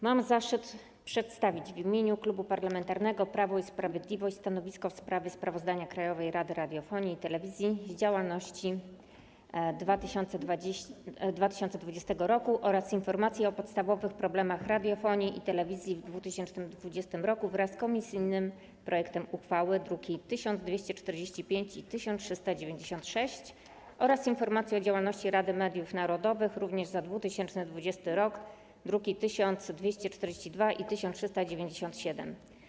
Mam zaszczyt przedstawić w imieniu Klubu Parlamentarnego Prawo i Sprawiedliwość stanowisko w sprawie sprawozdania Krajowej Rady Radiofonii i Telewizji z działalności w 2020 r. oraz informacji o podstawowych problemach radiofonii i telewizji w 2020 r. wraz z komisyjnym projektem uchwały, druki nr 1245 i 1396, oraz informacji o działalności Rady Mediów Narodowych za 2020 r., druki nr 1242 i 1397.